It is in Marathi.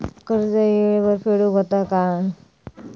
कर्ज येळेवर फेडूक होया काय?